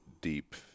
deep